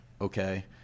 okay